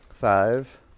five